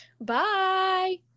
Bye